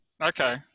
Okay